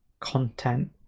content